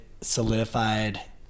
solidified